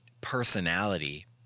personality